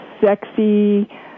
sexy